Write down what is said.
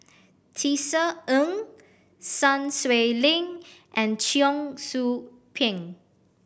Tisa Ng Sun Xueling and Cheong Soo Pieng